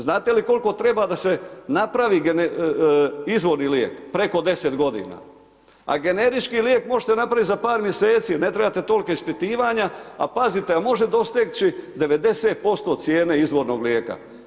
Znate li koliko treba da se napravi izvorni lijek, preko 10 godina, a generički lijek možete napravit za par mjeseci, ne trebate tolika ispitivanja, al pazite al može doseći 90% cijene izvornog lijeka.